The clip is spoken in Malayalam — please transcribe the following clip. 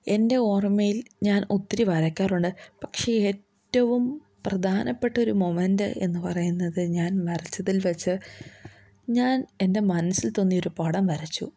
എൻ്റെ ഓർമ്മയിൽ ഞാൻ ഒത്തിരി വരക്കാറുണ്ട് പക്ഷെ ഏറ്റവും പ്രാധാനപ്പെട്ടൊരു മൊമൻറ്റ് എന്നുപറയുന്നത് ഞാൻ വരച്ചതിൽവെച്ച് ഞാൻ എൻ്റെ മനസ്സിൽ തോന്നിയൊരു പടം വരച്ചു